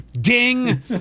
Ding